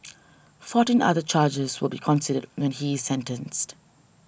fourteen other charges will be considered when he is sentenced